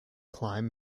climb